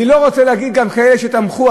אני לא רוצה להגיד, גם כאלה שתמכו.